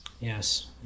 Yes